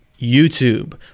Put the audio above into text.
YouTube